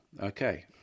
Okay